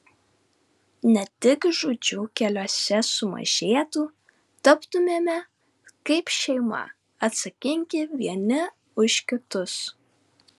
ne tik žūčių keliuose sumažėtų taptumėme kaip šeima atsakingi vieni už kitus